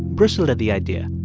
bristled at the idea.